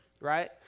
right